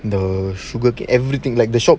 the sugar and everything like this shop